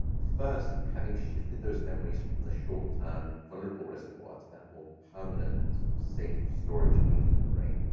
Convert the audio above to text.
first, having shifted those memories from the short-term vulnerable reservoir to that more permanent sort of safe storage haven in the brain.